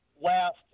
last